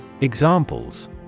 Examples